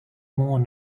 more